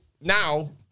now